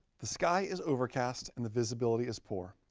the sky is overcast and the visibility is poor.